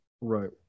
right